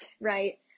right